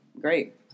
great